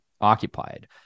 occupied